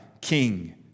king